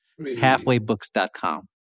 Halfwaybooks.com